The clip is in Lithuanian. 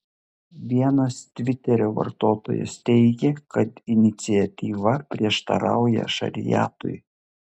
vienas tviterio vartotojas teigė kad iniciatyva prieštarauja šariatui